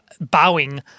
bowing